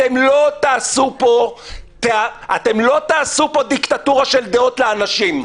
אתם לא תעשו פה דיקטטורה של דעות לאנשים.